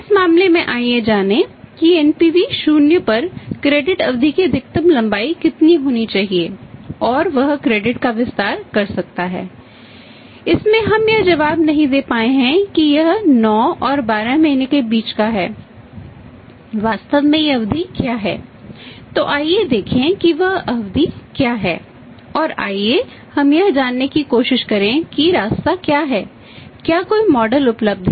इस मामले में आइए जानें कि एनपीवी उपलब्ध है